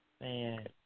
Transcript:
Man